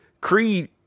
Creed